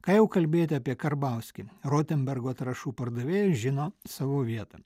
ką jau kalbėti apie karbauskį rotenbergo trąšų pardavėjas žino savo vietą